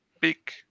big